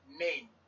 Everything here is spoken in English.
name